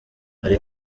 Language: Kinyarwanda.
hari